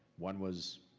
one was,